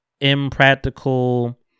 impractical